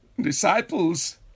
Disciples